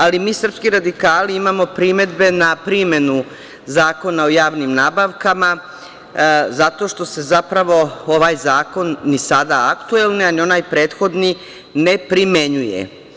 Ali, mi srpski radikali imamo primedbe na primenu Zakona o javnim nabavkama, zato što se zapravo ovaj zakon, i sada aktuelni, ali ni onaj prethodni, ne primenjuje.